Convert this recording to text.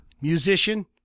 musician